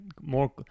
more